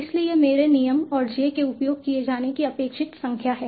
इसलिए यह मेरे नियम और j के उपयोग किए जाने की अपेक्षित संख्या है